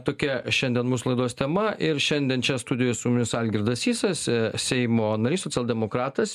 tokia šiandien mūsų laidos tema ir šiandien čia studijoj su jumis algirdas sysas seimo narys socialdemokratas